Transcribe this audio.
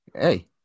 Hey